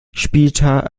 später